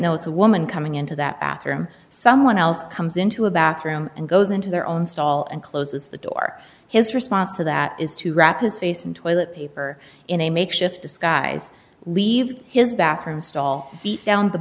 know it's a woman coming into that after someone else comes into a bathroom and goes into their own stall and closes the door his response to that is to wrap his face in toilet paper in a makeshift disguise leave his bathroom stall